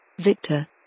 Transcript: Victor